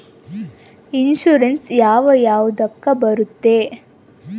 Insurance ಯಾವ ಯಾವುದಕ್ಕ ಬರುತ್ತೆ?